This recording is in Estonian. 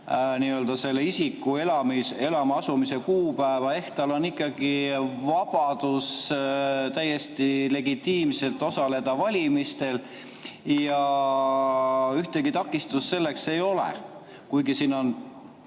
enam selle isiku elama asumise kuupäeva ehk tal on ikkagi vabadus täiesti legitiimselt osaleda valimistel. Ühtegi takistust selleks ei ole. Kohalikel